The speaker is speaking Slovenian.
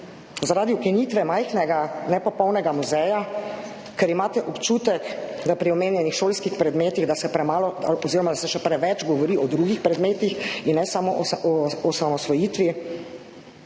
Zaradi ukinitve majhnega, nepopolnega muzeja? Ker imate občutek pri omenjenih šolskih predmetih, da se še preveč govori o drugih predmetih in ne samo o osamosvojitvi?